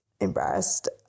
embarrassed